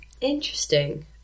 Interesting